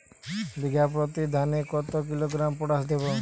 বিঘাপ্রতি ধানে কত কিলোগ্রাম পটাশ দেবো?